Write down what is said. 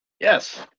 Yes